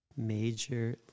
Major